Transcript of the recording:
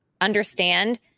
Understand